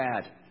bad